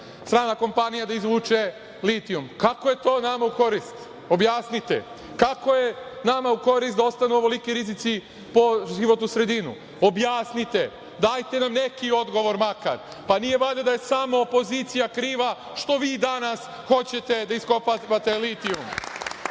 strana kompanija da izvuče litijum. Kako je to nama u korist, objasnite? Kako je nama u korist da ostanu ovoliki rizici po životnu sredinu, objasnite. Dajte nam neki odgovor makar. Nije valjda da je samo opozicija kriva što vi danas hoćete da iskopavate litijum.